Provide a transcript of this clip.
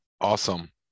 Awesome